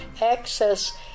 access